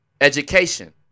Education